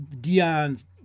Dion's